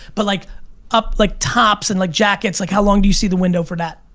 but like up, like tops, in the jackets, like how long do you see the window for that?